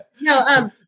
No